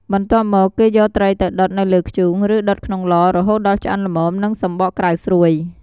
បន្ទាប់មក គេយកត្រីទៅដុតនៅលើធ្យូង ឬដុតក្នុងឡ រហូតដល់ឆ្អិនល្មម និងសំបកក្រៅស្រួយ។